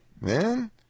man